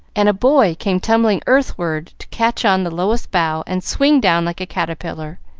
and a boy came tumbling earthward to catch on the lowest bough and swing down like a caterpillar,